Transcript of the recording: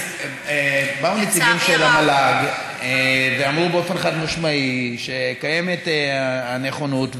באו נציגים של המל"ג ואמרו באופן חד-משמעי שקיימת הנכונות,